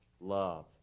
love